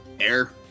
air